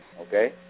okay